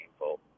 painful